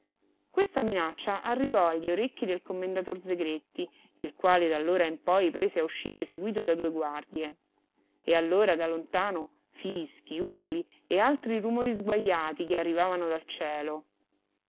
questa minaccia arrivò agli orecchi del commendator zegretti il quale d'allora in poi prese a uscire seguito da due guardie e allora da lontano fischi urli e altri rumori sguajati che arrivavano al cielo